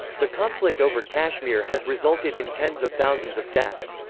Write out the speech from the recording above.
the conflict over kashmir has resulted in tens of thousands of deaths.